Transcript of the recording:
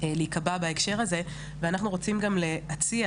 להיקבע בהקשר הזה ואנחנו רוצים גם להציע